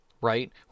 right